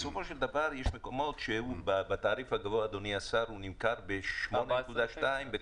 בסופו של דבר יש מקומות שבתעריף הגבוה הוא נמכר ב-8.2 שקלים.